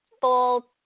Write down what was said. full